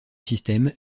système